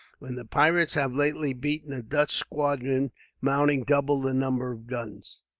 when the pirates have lately beaten a dutch squadron mounting double the number of guns.